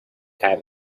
have